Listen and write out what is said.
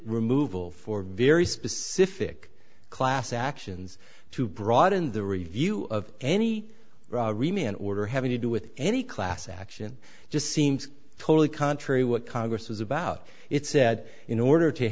removal for very specific class actions to broaden the review of any remaining order having to do with any class action just seems totally contrary what congress was about it said in order to